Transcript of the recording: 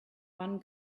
one